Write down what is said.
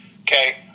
Okay